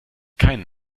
keinen